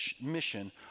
mission